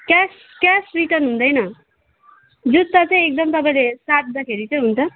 cash cash return हुँदैन जुत्ता चाहिँ एकदम तपाईँले साट्दाखेरि चाहिँ हुन्छ